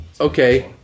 okay